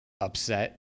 upset